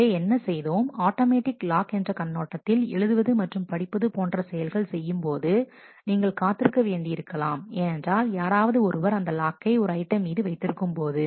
எனவே என்ன செய்தோம் ஆட்டோமேட்டிக் லாக் என்ற கண்ணோட்டத்தில் எழுதுவது மற்றும் படிப்பது போன்ற செயல்கள் செய்யும் போது நீங்கள் காத்திருக்க வேண்டியிருக்கலாம் ஏனென்றால் யாராவது ஒருவர் அந்த லாக்கை ஒரு ஐட்டம் மீது வைத்திருக்கும் போது